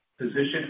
position